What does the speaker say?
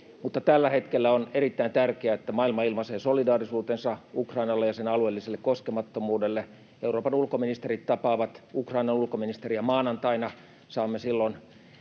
tällä hetkellä on erittäin tärkeää, että maailma ilmaisee solidaarisuutensa Ukrainalle ja sen alueelliselle koskemattomuudelle. Euroopan ulkoministerit tapaavat Ukrainan ulkoministerin maanantaina. Saamme silloin